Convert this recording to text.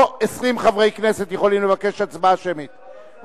או 20 חברי כנסת יכולים לבקש הצבעה שמית,